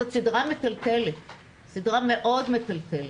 זו סדרה מטלטלת מאוד.